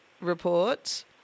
report